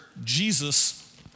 Jesus